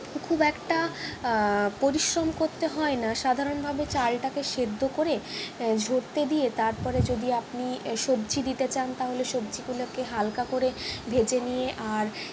খুব একটা পরিশ্রম করতে হয় না সাধারনভাবে চালটাকে সেদ্ধ করে ঝরতে দিয়ে তারপরে যদি আপনি সবজি দিতে চান তাহলে সবজিগুলোকে হালকা করে ভেজে নিয়ে আর